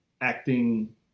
acting